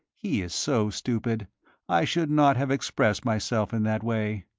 he is so stupid i should not have expressed myself in that way.